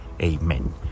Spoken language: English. Amen